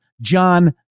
John